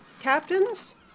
Captains